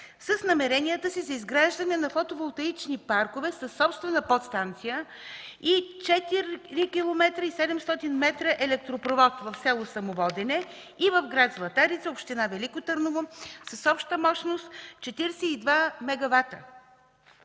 с намеренията си за изграждане на фотоволтаични паркове със собствена подстанция и 4,7 километра електропровод в село Самоводене и в град Златарица, община Велико Търново с обща мощност 42 мегавата.